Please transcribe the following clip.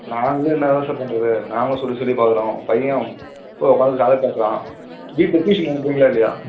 நாங்களும் என்ன தான் சார் பண்ணுறது நாங்களும் சொல்லி சொல்லி பாக்கிறோம் உங்கள் பையன் போய் உக்காந்துட்டு கதை பேசுகிறான் வீட்டில் டியூஷன் அனுப்புறீங்களா இல்லையா